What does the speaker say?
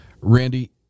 Randy